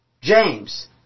James